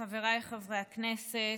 חבריי חברי הכנסת,